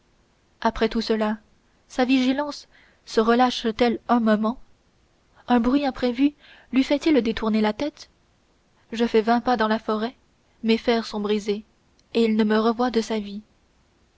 après tout cela sa vigilance se relâche t elle un moment un bruit imprévu lui fait-il détourner la tête je fais vingt pas dans la forêt mes fers sont brisés et il ne me revoit de sa vie